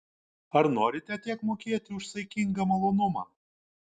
ar norite tiek mokėti už saikingą malonumą